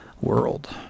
world